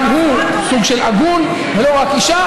גם הוא סוג של עגון ולא רק אישה.